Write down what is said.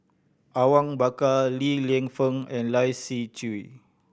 Awang Bakar Li Lienfung and Lai Siu Chiu